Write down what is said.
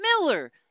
Miller